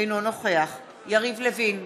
אינו נוכח יריב לוין,